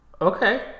okay